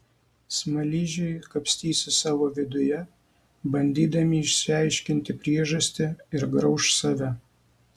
smaližiai kapstysis savo viduje bandydami išsiaiškinti priežastį ir grauš save